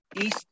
East